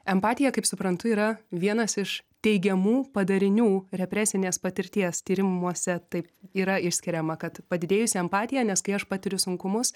empatija kaip suprantu yra vienas iš teigiamų padarinių represinės patirties tyrimuose taip yra išskiriama kad padidėjusi empatija nes kai aš patiriu sunkumus